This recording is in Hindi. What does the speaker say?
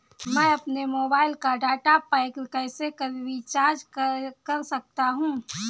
मैं अपने मोबाइल का डाटा पैक कैसे रीचार्ज कर सकता हूँ?